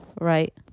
right